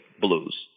blues